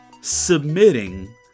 submitting